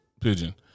Pigeon